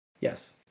Yes